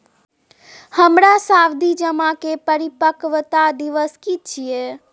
हमर सावधि जमा के परिपक्वता दिवस की छियै?